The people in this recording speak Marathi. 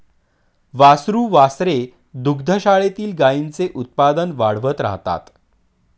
वासरू वासरे दुग्धशाळेतील गाईंचे उत्पादन वाढवत राहतात